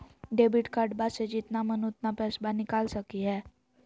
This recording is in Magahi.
डेबिट कार्डबा से जितना मन उतना पेसबा निकाल सकी हय?